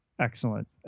Excellent